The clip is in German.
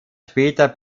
später